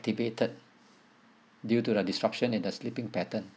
activated due to the disruption in the sleeping pattern